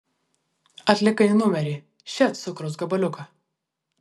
atlikai numerį še cukraus gabaliuką